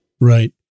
Right